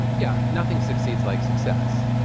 yeah, nothing succeeds like success.